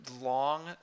long